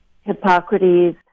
Hippocrates